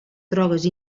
drogues